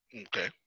Okay